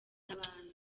n’abandi